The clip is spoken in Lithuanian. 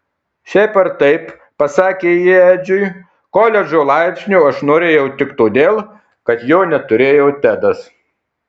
šiaip ar taip pasakė ji edžiui koledžo laipsnio aš norėjau tik todėl kad jo neturėjo tedas